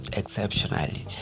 exceptionally